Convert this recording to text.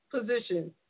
position